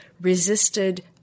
resisted